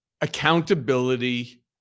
accountability